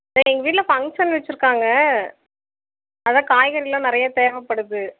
இங்கே எங்கள் வீட்டில் ஃபங்க்ஷன் வச்சிருக்காங்க அதுதான் காய்கறிலாம் நிறையா தேவைப்படுது